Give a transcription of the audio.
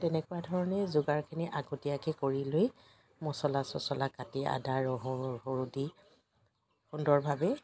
তেনেকুৱা ধৰণেই যোগাৰখিনি আগতীয়াকৈ কৰি লৈ মছলা চছলা কাটি আদা নহৰু দি সুন্দৰভাৱেই